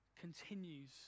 continues